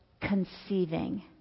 conceiving